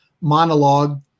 monologue